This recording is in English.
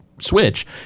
switch